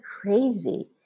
crazy